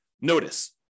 Notice